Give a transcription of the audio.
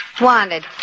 wanted